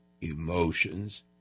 emotions